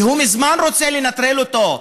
והוא מזמן רוצה לנטרל אותו,